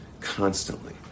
constantly